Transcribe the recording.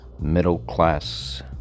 middle-class